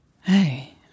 Hey